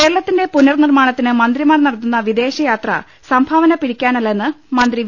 കേരളത്തിന്റെ പുനർ നിർമ്മാണത്തിന് മന്ത്രിമാർ നടത്തുന്ന വിദേശയാത്ര സംഭാവന പിരിക്കാനല്ലെന്ന് മന്ത്രി വി